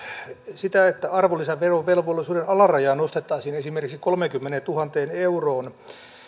sitä että arvonlisäverovelvollisuuden alarajaa nostettaisiin esimerkiksi kolmeenkymmeneentuhanteen euroon